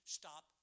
stop